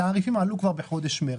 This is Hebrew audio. התעריפים עלו כבר בחודש מרץ.